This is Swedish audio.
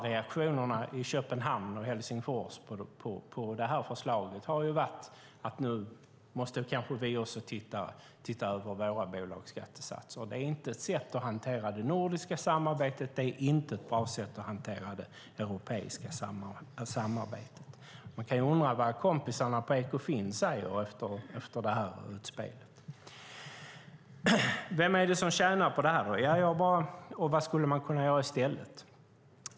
Reaktionerna i Köpenhamn och Helsingfors på det här förslaget har varit att de nu kanske också måste titta över sina bolagsskattesatser. Det är inte ett bra sätt att hantera det nordiska och det europeiska samarbetet. Man kan undra vad kompisarna på Ekofin säger efter det här utspelet. Vem är det då som tjänar på detta, och vad skulle man kunna göra i stället?